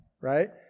right